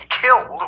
killed